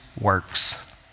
works